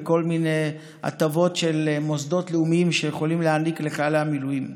וכל מני הטבות שמוסדות לאומיים יכולים להעניק לחיילי המילואים.